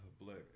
black